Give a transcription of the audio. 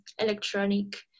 electronic